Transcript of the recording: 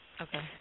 Okay